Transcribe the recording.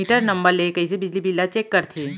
Metre number ले कइसे बिजली बिल ल चेक करथे?